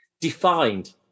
defined